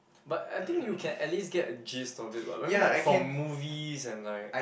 but I think you can at least get a gist of it [what] I I mean like from movies and like